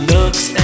Looks